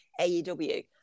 AEW